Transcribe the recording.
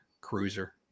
Cruiser